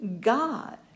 God